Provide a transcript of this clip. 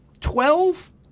Twelve